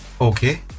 Okay